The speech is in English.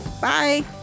Bye